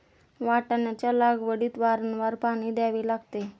वाटाण्याच्या लागवडीत वारंवार पाणी द्यावे लागते